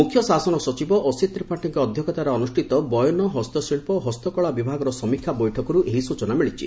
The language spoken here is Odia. ମୁଖ୍ୟ ଶାସନ ସଚିବ ଅସିତ୍ ତ୍ରିପାଠୀଙ୍କ ଅଧ୍ଘକ୍ଷତାରେ ଅନୁଷ୍ଠିତ ବୟନ ହସ୍ତଶିଳ ଓ ହସ୍ତକଳା ବିଭାଗର ସମୀକ୍ଷା ବୈଠକରୁ ଏହି ସୂଚନା ମିଳିଛି